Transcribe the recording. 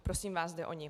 Prosím vás zde o ni.